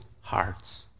hearts